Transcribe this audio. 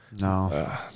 No